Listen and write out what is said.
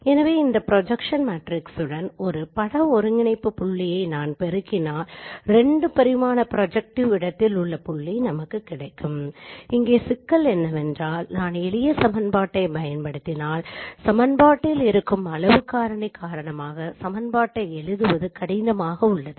எனவே இந்த projection matrix உடன் ஒரு பட ஒருங்கிணைப்பு புள்ளியை நான் பெருக்கினால் 2 பரிமாண ப்ரொஜெக்டிவ் இடத்தில் உள்ள புள்ளி நமக்கு கிடைக்கும் இங்கே சிக்கல் என்னவென்றால் நான் எளிய சமன்பாட்டைப் பயன்படுத்தினால் சமன்பாடில் இருக்கும் அளவு காரணி காரணமாக சமன்பாட்டை எழுதுவது கடினமாக உள்ளது